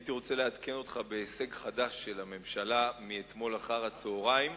הייתי רוצה לעדכן אותך בהישג חדש של הממשלה מאתמול אחר-הצהריים: